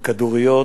עם כדוריות.